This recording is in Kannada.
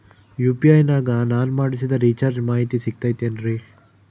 ಯು.ಪಿ.ಐ ನಾಗ ನಾನು ಮಾಡಿಸಿದ ರಿಚಾರ್ಜ್ ಮಾಹಿತಿ ಸಿಗುತೈತೇನ್ರಿ?